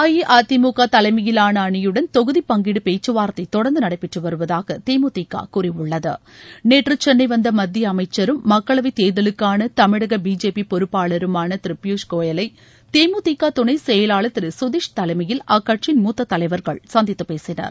அஇதிமுக தலைமையிலான அணியுடன் தொகுதி பங்கீடு பேச்சுவார்த்தை தொடர்ந்து நடைபெற்று வருவதாக தேமுதிக கூறியுள்ளது நேற்று சென்ளை வந்த மத்திய அமைச்சரும் மக்களவைத் தேர்தலுக்கான தமிழக பிஜேபி பொறுப்பாளருமான திரு பியூஷ் கோயலை தேமுதிக துணைச் செயலாளர் திரு சுதீஷ் தலைமையில் அக்கட்சியின் மூத்தத் தலைவர்கள் சந்தித்து பேசினர்